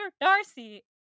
Darcy